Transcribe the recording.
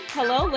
Hello